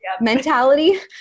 mentality